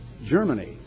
Germany